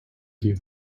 view